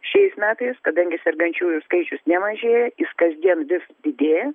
šiais metais kadangi sergančiųjų skaičius nemažėja jis kasdien vis didėja